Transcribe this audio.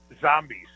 zombies